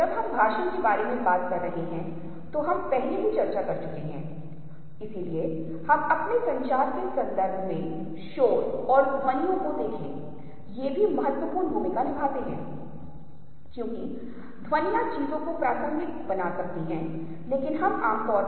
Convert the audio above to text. इसलिए एक प्रतिवर्ती प्रक्रिया हो रही है जहां दो अलग अलग प्रकार की धारणाओं के बीच स्विच किया जा रहा है लेकिन अधिक महत्वपूर्ण हैहम अग्रभूमि के रूप में कुछ को देखने और पृष्ठभूमि के रूप में कुछ देखने के बीच स्विच कर रहे हैं